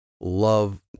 love